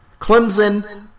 Clemson